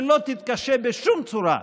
שלא תתקשה בשום צורה,